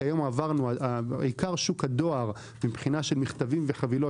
כיום עיקר שוק הדואר מבחינה של מכתבים וחבילות